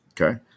Okay